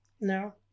No